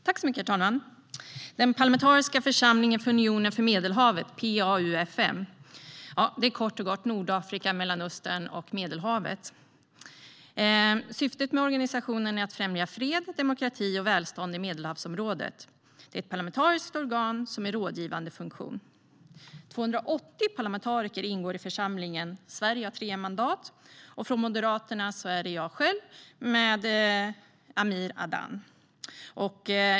Herr talman! Den parlamentariska församlingen för unionen för Medelhavet, PA-UfM, är kort och gott Nordafrika, Mellanöstern och Medelhavet. Syftet med organisationen är att främja fred, demokrati och välstånd i Medelhavsområdet. Det är ett parlamentariskt organ som har en rådgivande funktion. 280 parlamentariker ingår i församlingen. Sverige har tre mandat, och från Moderaterna är det jag själv och Amir Adan som ingår.